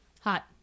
Hot